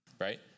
Right